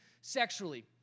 sexually